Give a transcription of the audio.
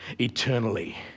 eternally